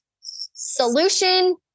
solution